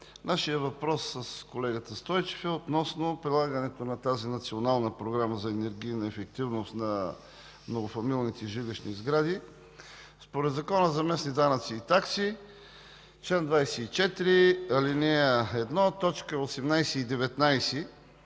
Нашият въпрос с колегата Стойчев е относно прилагането на Националната програма за енергийна ефективност на многофамилните жилищни сгради. Според Закона за местните данъци и такси – чл. 24, ал. 1,